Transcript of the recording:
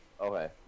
Okay